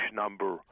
number